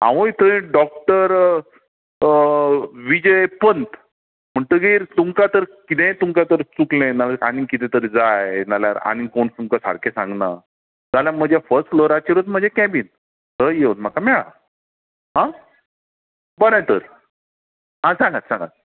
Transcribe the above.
हांवूय थंय डॅाक्टर विजय पंथ म्हणटकीर तुमकां तर कितेंय तुमका तर चुकलें ना जाल्यार आनी कितें तरी जाय नाल्यार आनी कोण जर तुमकां सामके सांगना जाल्यार म्हजे फस्ट फ्लोराचेरुत म्हजें कॅबीन थंय योवन म्हाका मेळा हां बरें तर हां सांगात सांगात